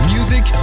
Music